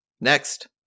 Next